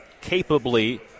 capably